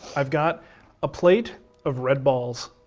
i've got a plate of red balls.